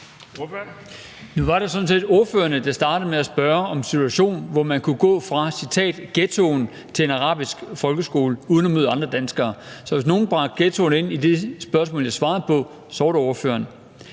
Nu var det sådan set spørgeren, der startede med at spørge om en situation, hvor man kunne gå fra, og jeg citerer, ghettoen til en arabisk folkeskole uden at møde andre danskere. Så hvis der er nogen, der har bragt ghettoerne ind i det spørgsmål, jeg svarede på, så er det spørgeren.